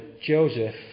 Joseph